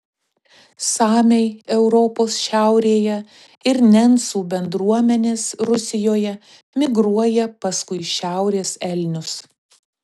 samiai europos šiaurėje ir nencų bendruomenės rusijoje migruoja paskui šiaurės elnius